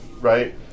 right